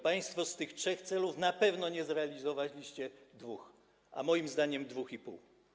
Państwo z tych trzech celów na pewno nie zrealizowaliście dwóch, a moim zdaniem - dwóch i pół.